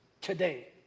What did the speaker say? today